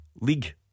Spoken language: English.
League